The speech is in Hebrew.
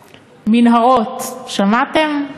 מנהרות, שמעתם?